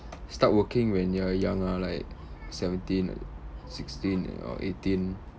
start working when you are young ah like seventeen sixteen or eighteen